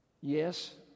Yes